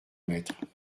maître